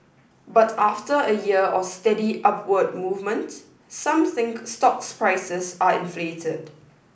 but after a year of steady upward movement some think stocks prices are inflated